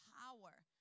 power